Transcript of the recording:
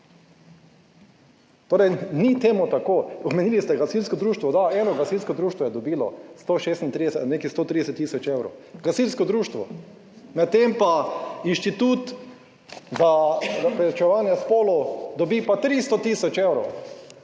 Torej, ni temu tako. Omenili ste gasilsko društvo. Da, eno gasilsko društvo je dobilo 136…, nekaj 130 tisoč evrov, gasilsko društvo, medtem pa Inštitut za preučevanje spolov dobi pa 300 tisoč evrov,